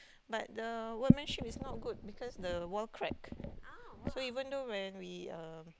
but the workmanship is not good because the wall crack so even though when we um